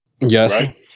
Yes